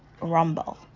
rumble